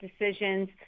decisions